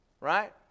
right